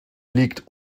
liegt